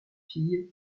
fille